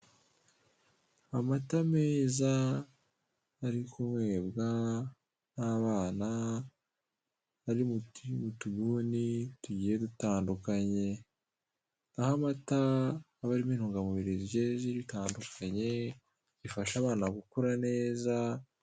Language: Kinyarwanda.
Amata meza ari kunywebwa n'abana ari mu tubuni tugiye dutandukanye, aho amata aba arimo intungamubiri zigiye zitandukanye zifasha abana gukura neza.